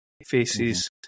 faces